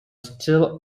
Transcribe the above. still